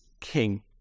king